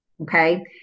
Okay